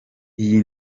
iyi